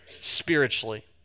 spiritually